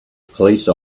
police